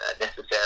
necessary